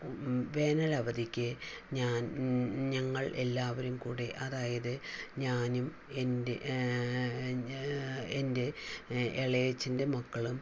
വേനലവധിക്ക് ഞാൻ ഞങ്ങൾ എല്ലാവരും കൂടെ അതായത് ഞാനും എൻ്റെ എൻ്റെ ഇളയച്ഛൻ്റെ മക്കളും